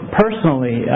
personally